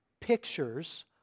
pictures